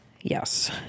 yes